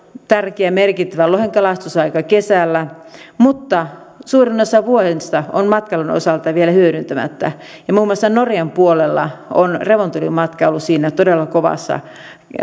tärkeä merkittävä lohenkalastusaika kesällä mutta suurin osa vuodesta on matkailun osalta vielä hyödyntämättä muun muassa norjan puolella on revontulimatkailu todella kovassa